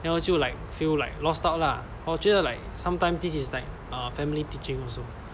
then 我就 like feel like lost out lah but 我觉得 like sometimes this is like uh family teaching also